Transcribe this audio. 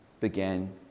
began